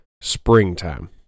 Springtime